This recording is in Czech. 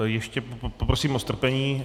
Ještě poprosím o strpení.